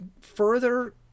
further